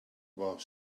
while